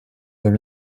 deux